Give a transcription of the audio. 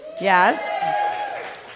Yes